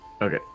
Okay